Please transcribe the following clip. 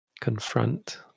confront